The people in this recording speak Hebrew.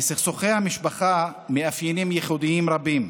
לסכסוכי המשפחה מאפיינים ייחודיים רבים,